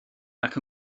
nac